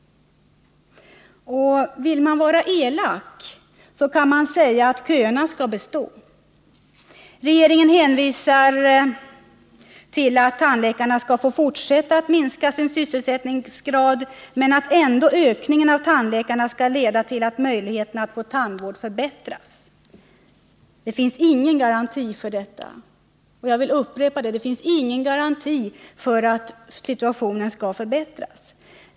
Vill man vara elak, kan man säga att köerna skall bestå. Regeringen hänvisar till att tandläkarna skall få fortsätta att minska sin sysselsättningsgrad, men att ändå ökningen av tandläkarna skall leda till att möjligheterna att få tandvård förbättras. Det finns ingen garanti för detta. Jag vill upprepa det: det finns ingen garanti för att situationen förbättras.